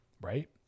right